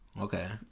Okay